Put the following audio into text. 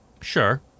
sure